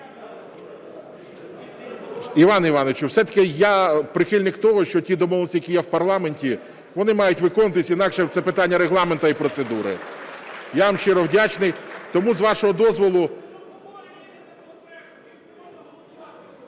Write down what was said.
Іване Івановичу, все-таки я прихильник того, що ті домовленості, які є в парламенті, вони мають виконуватися, інакше це питання Регламенту і процедури. Я вам щиро вдячний, тому з вашого дозволу...